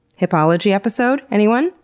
hippology episode, anyone?